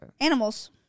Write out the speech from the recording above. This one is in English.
Animals